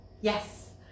yes